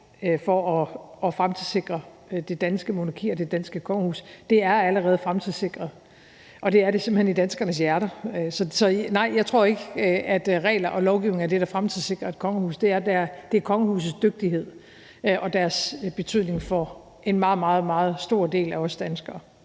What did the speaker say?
for at fremtidssikre det danske monarki og det danske kongehus. Det er allerede fremtidssikret, og det er det simpelt hen i danskernes hjerter. Så nej, jeg tror ikke, at regler og lovgivningen er det, der fremtidssikrer et kongehus, men det er kongehusets dygtighed og deres betydning for en meget, meget stor del af os danskere.